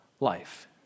life